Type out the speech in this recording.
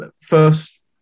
first